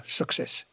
success